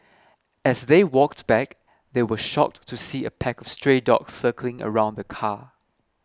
as they walked back they were shocked to see a pack of stray dogs circling around the car